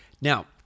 Now